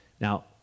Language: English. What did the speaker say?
Now